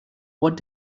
what